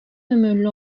ömürlü